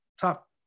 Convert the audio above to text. top